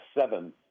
seven